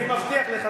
אני מבטיח לך,